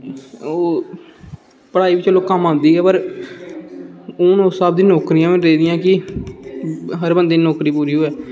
ओह् पढ़ाई बी चलो कम्म आंदी ऐ पर हुन उस स्हाब दियां नौकरियां नी रेह्दि यां भाई हर बंदे दी नौकरी पूरी होवे